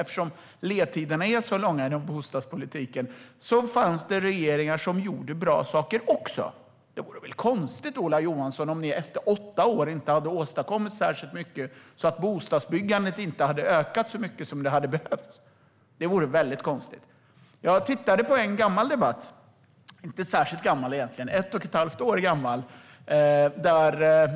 Eftersom ledtiderna är så långa inom bostadspolitiken fanns det regeringar som gjorde också bra saker. Det vore väl konstigt, Ola Johansson, om ni efter åtta år inte har åstadkommit särskilt mycket. Bostadsbyggandet ökade inte så mycket som det hade behövts. Jag har tagit del av en gammal debatt, inte särskilt gammal egentligen. Den var ett och ett halvt år gammal.